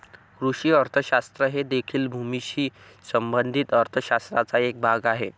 कृषी अर्थशास्त्र हे देखील भूमीशी संबंधित अर्थ शास्त्राचा एक भाग आहे